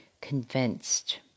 Convinced